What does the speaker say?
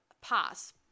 pass